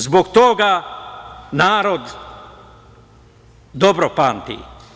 Zbog toga narod dobro pamti.